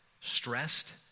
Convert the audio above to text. stressed